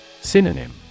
Synonym